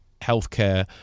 healthcare